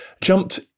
jumped